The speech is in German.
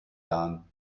jahren